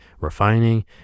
refining